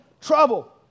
trouble